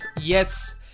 yes